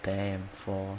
damn for